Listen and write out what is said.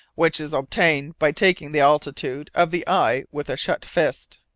which is obtained by taking the altitude of the eye with a shut fist.